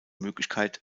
möglichkeit